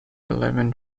eleven